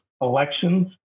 elections